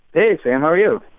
hey, sam. how are you?